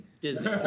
Disney